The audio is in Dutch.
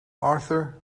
arthur